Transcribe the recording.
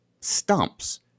stumps